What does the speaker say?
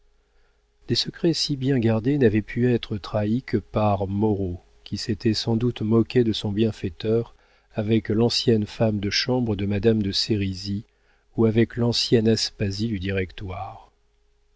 des secrets si bien gardés n'avaient pu être trahis que par moreau qui s'était sans doute moqué de son bienfaiteur avec l'ancienne femme de chambre de madame de sérisy ou avec l'ancienne aspasie du directoire